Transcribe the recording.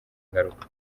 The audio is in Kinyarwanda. ngaruka